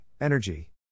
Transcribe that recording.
Energy